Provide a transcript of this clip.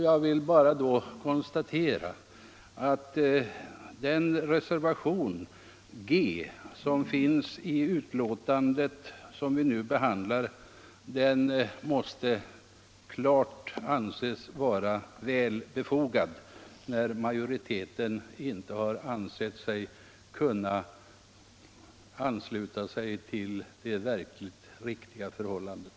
Jag konstaterar bara att reservationen G i det utskottsbetänkande som vi nu behandlar måste anses vara mycket väl befogad, när majoriteten inte har kunnat ansluta sig till vad som är absolut riktigt.